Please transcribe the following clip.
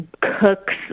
cook's